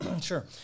Sure